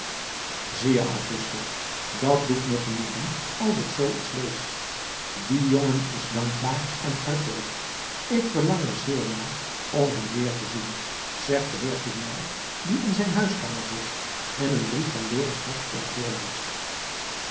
zie je augusta dat doet me genoegen als ik zoo iets lees die jongen is dankbaar en hartelijk ik verlang er zeer naar om hem weer te zien zegt de heer tournel die in zijn huiskamer zit en een brief van dorus hardop voorleest